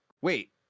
wait